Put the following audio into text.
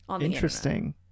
Interesting